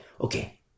Okay